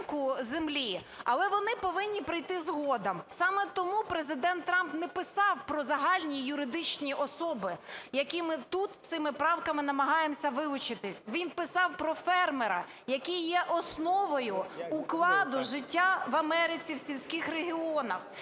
але вони повинні прийти згодом. Саме тому Президент Трамп не писав про загальні юридичні особи, які ми тут цими правками намагаємося вилучити, він писав про фермера, який є основою укладу життя в Америці в сільських регіонах.